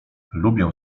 lubię